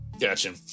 gotcha